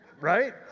right